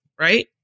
right